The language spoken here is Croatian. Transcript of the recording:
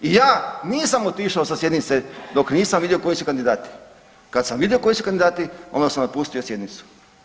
I ja nisam otišao sa sjednice dok nisam vidio koji su kandidati, kad sam vidio koji su kandidati onda sam napustio sjednicu.